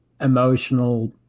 emotional